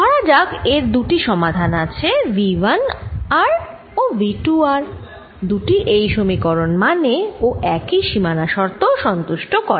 ধরা যাক এর দুটি সমাধান আছে V 1 r ও V 2 r দুটিই এই সমীকরণ মানে ও একই সীমানা শর্তও সন্তুষ্ট করে